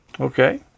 okay